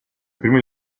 primo